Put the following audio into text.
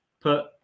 put